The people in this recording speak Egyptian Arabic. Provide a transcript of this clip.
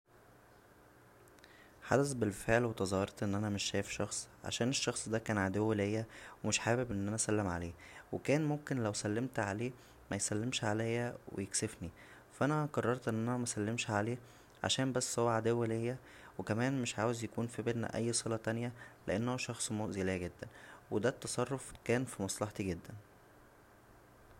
حدث بالفعل وتظاهرت ان انا مش شايف شخص عشان الشخص دا كان عدو ليا ومش حابب ان انا اسلم عليه وكان ممكن لو سلمت عليه ميسلمش عليا ويكسفنى فا انا قررت ان انا مسلمش عليه عشان بس هو عدو ليا و كمان مش عاوز يكون فى بينا اى صله تانيه لان هو شخص مؤذى ليا جدا و دا التصرف كان فمصلحتى جدا